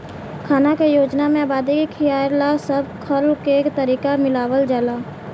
खाना के योजना में आबादी के खियावे ला सब खल के तरीका के मिलावल जाला